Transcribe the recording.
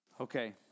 Okay